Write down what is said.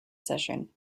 session